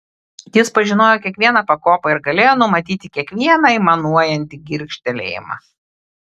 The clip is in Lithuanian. jis pažinojo kiekvieną pakopą ir galėjo numatyti kiekvieną aimanuojantį girgžtelėjimą